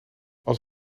als